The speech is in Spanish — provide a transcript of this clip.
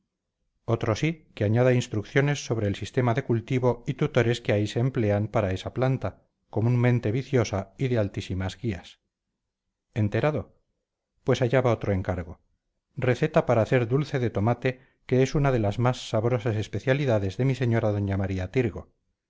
mes otrosí que añada instrucciones sobre el sistema de cultivo y tutores que ahí se emplean para esa planta comúnmente viciosa y de altísimas guías enterado pues allá va otro encargo receta para hacer dulce de tomate que es una de las más sabrosas especialidades de mi señora doña maría tirgo